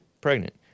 pregnant